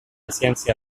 ciència